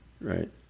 right